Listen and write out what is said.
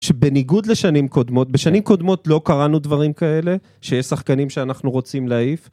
שבניגוד לשנים קודמות בשנים קודמות לא קראנו דברים כאלה שיש שחקנים שאנחנו רוצים להעיף